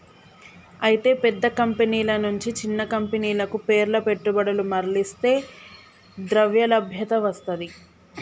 అయితే పెద్ద కంపెనీల నుంచి చిన్న కంపెనీలకు పేర్ల పెట్టుబడులు మర్లిస్తే ద్రవ్యలభ్యత వస్తది